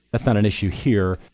that's not an issue here.